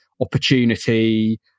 opportunity